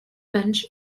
bench